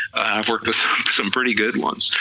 i worked with some pretty good ones,